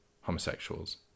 homosexuals